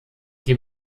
die